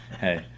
hey